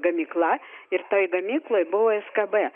gamykla ir toj gamykloj buvo skb